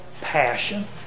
passion